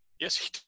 Yes